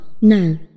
no